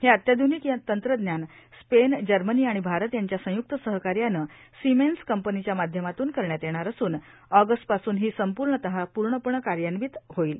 हे अत्याध्निक तंत्रज्ञान स्पेनए जर्मनी आणि भारत यांच्या संयुक्त सहकार्यानं सिमेन्स कंपीनच्या माध्यमातृन करण्यात येणार असूनए ऑगस्ट पासून ही संपूर्णतहा पूर्णपणे कार्यान्वित होईल